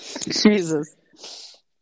Jesus